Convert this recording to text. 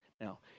Now